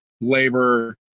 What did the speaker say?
labor